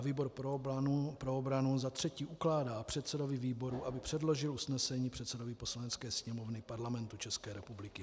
Výbor pro obranu ukládá předsedovi výboru, aby předložil usnesení předsedovi Poslanecké sněmovny Parlamentu České republiky.